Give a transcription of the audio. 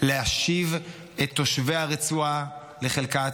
להשיב את תושבי הרצועה לחלקה הצפוני,